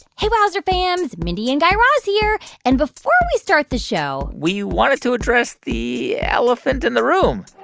hey, wowzer fams. mindy and guy raz here. and before we start the show. we wanted to address the elephant in the room